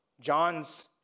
John's